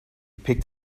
picked